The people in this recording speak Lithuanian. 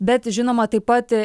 bet žinoma taip pat